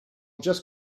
just